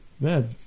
man